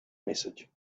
message